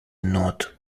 not